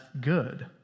good